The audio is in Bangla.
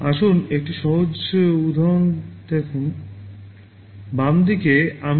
আসুন একটি সহজ উদাহরণ দেখুন